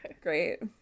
great